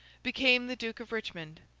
became the duke of richmond.